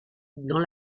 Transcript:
dans